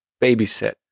babysit